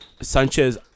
Sanchez